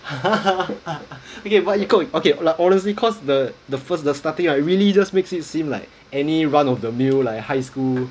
okay but you okay like honestly cause the the first the starting right really just makes it seem like any run of the mill like high school